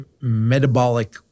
metabolic